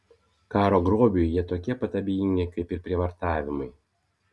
karo grobiui jie tokie pat abejingi kaip ir prievartavimui